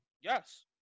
Yes